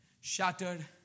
shattered